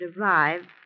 arrive